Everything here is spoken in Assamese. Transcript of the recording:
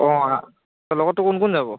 অঁ লগত তোৰ কোন কোন যাব